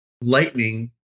lightning